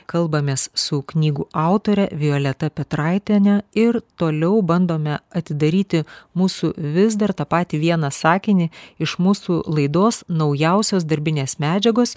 kalbamės su knygų autore violeta petraitiene ir toliau bandome atidaryti mūsų vis dar tą patį vieną sakinį iš mūsų laidos naujausios darbinės medžiagos